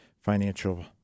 financial